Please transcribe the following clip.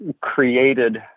created